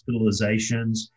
hospitalizations